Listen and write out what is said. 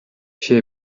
she